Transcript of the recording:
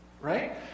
right